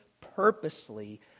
purposely